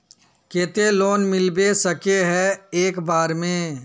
केते लोन मिलबे सके है एक बार में?